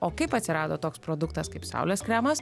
o kaip atsirado toks produktas kaip saulės kremas